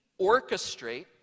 orchestrate